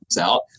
out